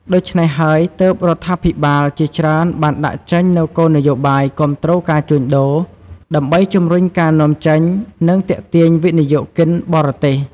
ដូច្នេះហើយទើប រដ្ឋាភិបាលជាច្រើនបានដាក់ចេញនៅគោលនយោបាយគាំទ្រការជួញដូរ ដើម្បីជំរុញការនាំចេញ និងទាក់ទាញវិនិយោគគិនបរទេស។